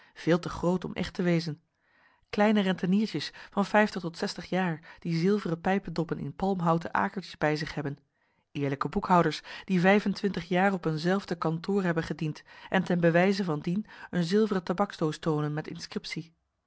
veel te groot om echt te wezen kleine renteniertjes van vijftig tot zestig jaar die zilveren pijpedoppen in palmhouten akertjes bij zich hebben eerlijke boekhouders die vijf en twintig jaar op een zelfde kantoor hebben gediend en ten bewijze van dien een zilveren tabaksdoos toonen met inscriptie